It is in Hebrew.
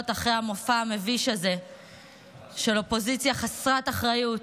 אחרי המופע המביש הזה של אופוזיציה חסרת אחריות,